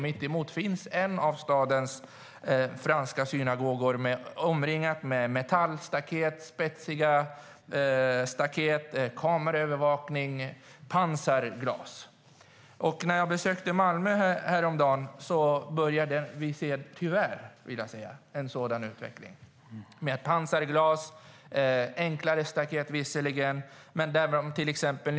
Mitt emot fanns en av stadens franska synagogor. Den var omringad med spetsiga metallstaket, övervakningskameror och pansarglas. Jag var också i Malmö häromdagen. Tyvärr börjar vi se en sådan utveckling där också. Där var pansarglas och staket, om än av enklare slag.